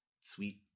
sweet